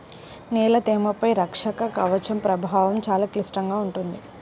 నేల తేమపై రక్షక కవచం ప్రభావం చాలా సంక్లిష్టంగా ఉంటుంది